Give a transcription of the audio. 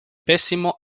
pessimo